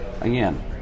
again